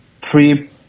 three